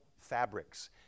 fabrics